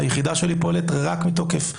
היחידה שלי פועלת רק מתוקף חוק.